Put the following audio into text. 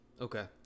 Okay